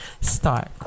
start